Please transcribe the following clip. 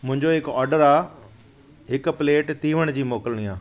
मुंहिंजो हिकु ऑडर आहे हिकु प्लेट तीवण जी मोकलणी आहे